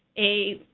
a.